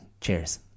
Cheers